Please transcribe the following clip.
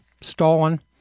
stolen